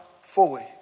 fully